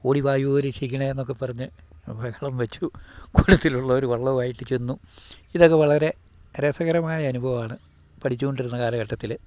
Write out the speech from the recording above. ഓടി വായോ രക്ഷിക്കണേന്നൊക്കെ പറഞ്ഞ് ബഹളം വെച്ചു കുട്ടത്തിലുള്ളര് വള്ളവായിട്ട് ചെന്നു ഇതൊക്കെ വളരെ രസകരമായ അനുഭവമാണ് പഠിച്ചുകൊണ്ടിരുന്ന കാലഘട്ടത്തില്